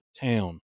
town